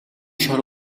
шар